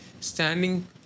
standing